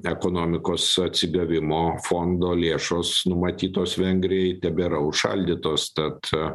ekonomikos atsigavimo fondo lėšos numatytos vengrijai tebėra užšaldytos tad